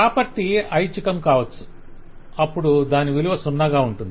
property ఐచ్ఛికం కావచ్చు అప్పుడు దాని విలువ సున్నగా ఉంటుంది